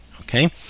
okay